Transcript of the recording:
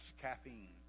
caffeine